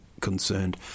concerned